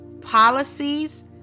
policies